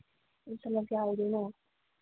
ꯇꯂꯞ ꯀꯌꯥ ꯑꯣꯏꯗꯣꯏꯅꯣ